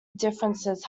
differences